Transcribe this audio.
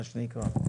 מה שנקרא.